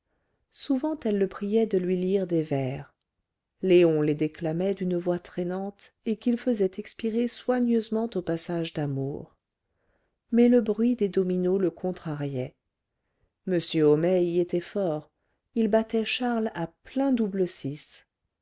souvent elle le priait de lui lire des vers léon les déclamait d'une voix traînante et qu'il faisait expirer soigneusement aux passages d'amour mais le bruit des dominos le contrariait m homais y était fort il battait charles à plein double six